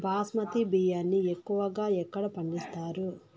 బాస్మతి బియ్యాన్ని ఎక్కువగా ఎక్కడ పండిస్తారు?